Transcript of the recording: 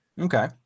Okay